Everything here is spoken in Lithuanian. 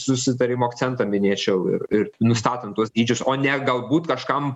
susitarimo akcentą minėčiau ir nustatant tuos dydžius o ne galbūt kažkam